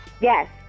Yes